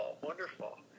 wonderful